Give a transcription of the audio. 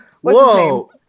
Whoa